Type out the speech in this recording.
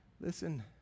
Listen